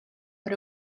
but